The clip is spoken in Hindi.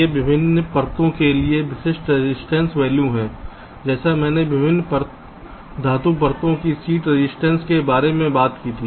ये विभिन्न परतों के लिए विशिष्ट रजिस्टेंस वैल्यू हैं जैसे मैंने विभिन्न धातु परतों के शीट रजिस्टेंस के बारे में बात की थी